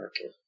Okay